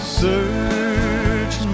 search